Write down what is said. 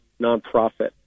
nonprofit